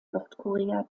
nordkorea